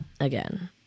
again